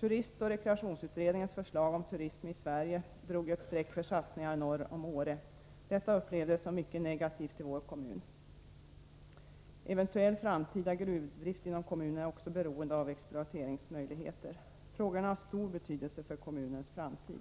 Turistoch rekreationsutredningens förslag om turismen i Sverige har dragit ett streck norr om Åre när det gäller olika satsningar. Detta har upplevts som något mycket negativt i vår kommun. Även en eventuell framtida gruvdrift inom kommunen är beroende av att det finns exploateringsmöjligheter. Frågorna har stor betydelse för kommunens framtid.